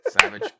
Savage